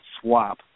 swap